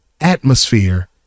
atmosphere